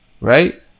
right